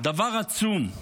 דבר עצום.